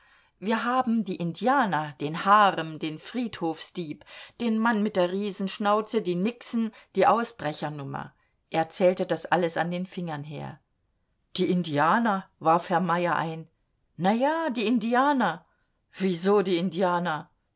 wir haben die indianer den harem den friedhofsdieb den mann mit der riesenschnauze die nixen die ausbrechernummer er zählte das alles an den fingern her die indianer warf herr meyer ein na ja die indianer wieso die indianer